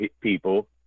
people